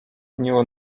new